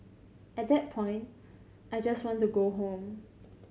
at that point I just want to go home